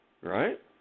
right